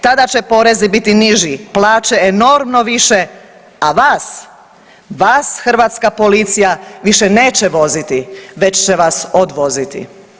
Tada će porezi biti niži, plaće enormno više, a vas, vas hrvatska policija više neće voziti već će vas odvoziti.